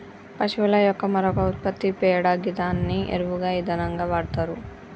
పశువుల యొక్క మరొక ఉత్పత్తి పేడ గిదాన్ని ఎరువుగా ఇంధనంగా వాడతరు